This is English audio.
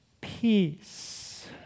peace